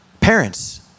Parents